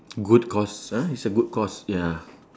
good cause ah it's a good cause ya